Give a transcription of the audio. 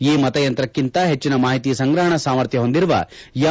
ಈ ಮತಯಂತ್ರಕಿಂತ ಹೆಚ್ಚನ ಮಾಹಿತಿ ಸಂಗ್ರಹಣ ಸಾಮರ್ಥ್ಯ ಹೊಂದಿರುವ ಎಂ